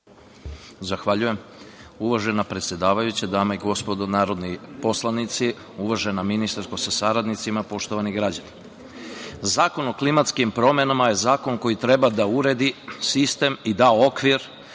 Zahvaljujem. Uvažena predsedavajuća, dame i gospodo narodni poslanici, uvažena ministarko sa saradnicima, poštovani građani, Zakon o klimatskim promenama je zakon koji treba da uredi sistem i da okvir